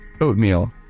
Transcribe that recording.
oatmeal